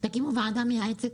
תקימו ועדה מייעצת,